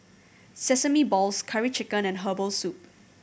sesame balls Curry Chicken and herbal soup